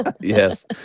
Yes